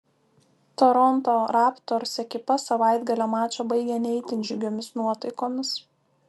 toronto raptors ekipa savaitgalio mačą baigė ne itin džiugiomis nuotaikomis